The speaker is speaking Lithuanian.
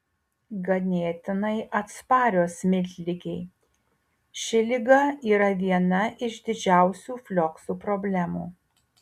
ganėtinai atsparios miltligei ši liga yra viena iš didžiausių flioksų problemų